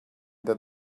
that